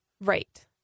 Right